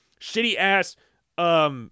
shitty-ass